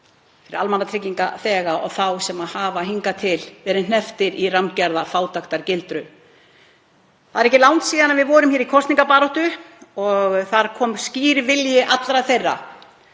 fyrir almannatryggingaþega sem hafa hingað til verið hnepptir í rammgerða fátæktargildru. Það er ekki langt síðan við vorum í kosningabaráttu og þar kom fram skýr vilji allra þeirra